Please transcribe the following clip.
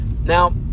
now